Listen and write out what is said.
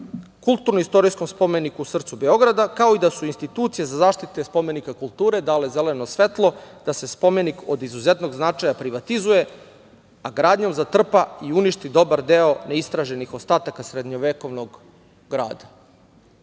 kulturno-istorijskom spomeniku u srcu Beograda, kao i da su institucije za zaštitu spomenika kulture dale zeleno svetlo da se spomenik od izuzetnog značaja privatizuje, a gradnjom zatrpa i uništi dobar deo neistraženih ostataka srednjevekovnog